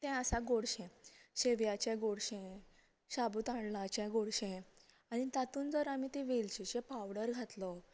तें आसा गोडशें शेवयाचे गोडशें शाबू तांदळाचे गोडशें आनी तातूंत जर आमी वेलचीचो पावडर घातलो